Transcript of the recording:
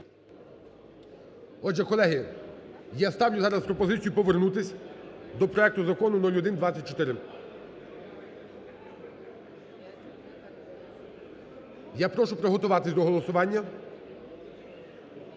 Отже, колеги, я ставлю зараз пропозицію повернутись до проекту Закону 0124. Я прошу приготуватись до голосування,